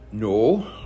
No